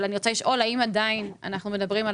אבל אני רוצה לשאול האם עדיין אנחנו מדברים על